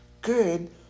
good